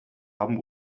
haben